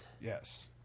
Yes